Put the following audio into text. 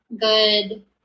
good